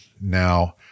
now